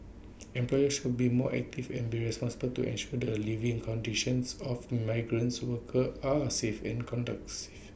employers should be more active and be responsible to ensure the A living conditions of migrants workers are safe and conducts